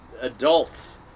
Adults